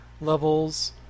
levels